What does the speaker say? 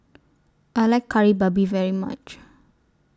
I like Kari Babi very much